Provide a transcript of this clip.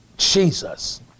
Jesus